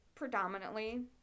predominantly